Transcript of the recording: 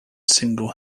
single